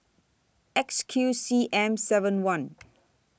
X Q C M seven one